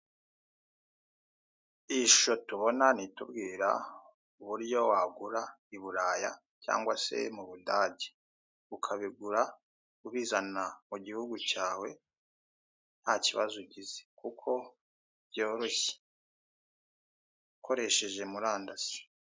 Iyi shusho tubona ni itubwira uburyo wagura i Buraya cyangwa se mu Budage. Ukabigura ubizana mu gihugu cyawe nta kibazo ugize kuko byoroshye, ukoresheje murandasi.